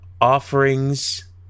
offerings